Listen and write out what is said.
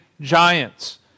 giants